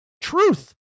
truth